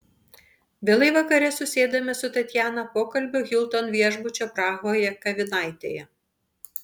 vėlai vakare susėdame su tatjana pokalbio hilton viešbučio prahoje kavinaitėje